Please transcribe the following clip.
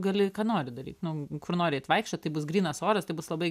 gali ką nori daryt nu kur nori eit vaikščiot tai bus grynas oras tai bus labai